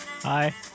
Hi